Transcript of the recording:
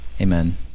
Amen